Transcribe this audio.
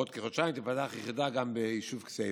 בעוד כחודשיים תיפתח יחידה גם ביישוב כסייפה.